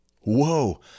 Whoa